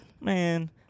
man